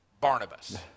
Barnabas